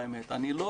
אני לא